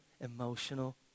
emotional